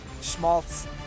Schmaltz